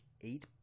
eight